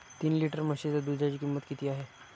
तीन लिटर म्हशीच्या दुधाची किंमत किती आहे?